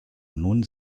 nun